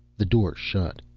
the door shut.